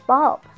Bob